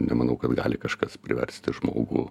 nemanau kad gali kažkas priversti žmogų